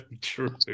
true